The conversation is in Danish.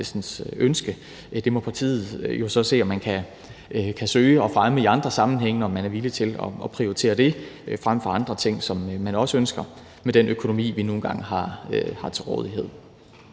ønske. Det må Enhedslisten så se om man kan få fremmet i andre sammenhænge, og om man er villig til at prioritere det frem for andre ting, som man også ønsker, med den økonomi, vi nu engang har til rådighed.